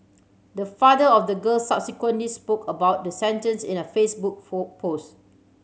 the father of the girl subsequently spoke about the sentence in a Facebook post